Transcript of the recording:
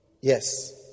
Yes